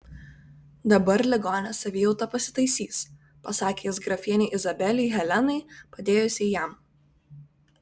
dabar ligonės savijauta pasitaisys pasakė jis grafienei izabelei helenai padėjusiai jam